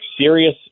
serious